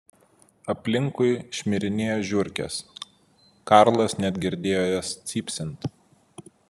aplinkui šmirinėjo žiurkės karlas net girdėjo jas cypsint